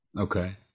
Okay